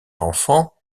enfant